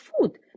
food